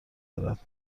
دارد